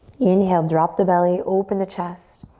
inhale, drop the belly, open the chest.